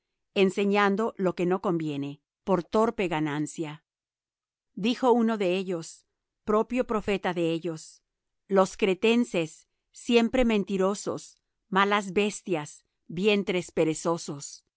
enseñando lo que no conviene por torpe ganancia dijo uno de ellos propio profeta de ellos los cretenses siempre mentirosos malas bestias vientres perezosos